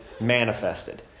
manifested